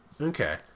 Okay